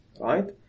right